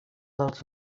dels